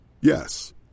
Yes